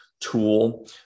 tool